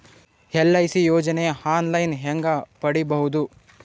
LIC ಯೋಜನೆ online ಹೇಂಗ ಪಡಿಬಹುದು?